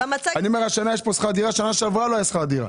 אני רואה שהשנה יש פה שכר דירה ושנה שעברה לא היה שכר דירה.